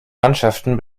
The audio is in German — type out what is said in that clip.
mannschaften